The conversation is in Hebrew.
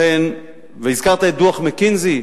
והזכרת את דוח "מקינזי"?